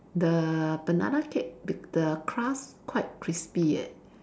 the banana cake be the crust quite crispy eh